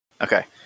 Okay